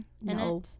no